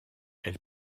elle